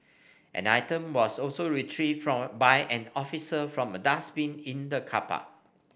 an item was also retrieved by an officer from a dustbin in the car park